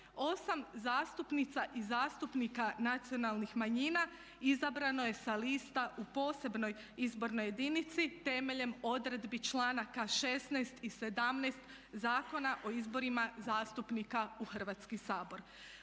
8 zastupnica i zastupnika nacionalnih manjina izabrano je sa lista u posebnoj izbornoj jedinici temeljem odredbi članaka 16. i 17. Zakona o izborima zastupnika u Hrvatski sabor.